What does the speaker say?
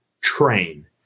train